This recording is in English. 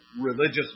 religious